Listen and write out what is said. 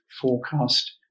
forecast